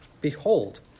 behold